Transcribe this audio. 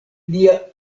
lia